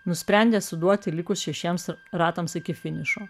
nusprendė suduoti likus šešiems ratams iki finišo